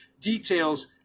details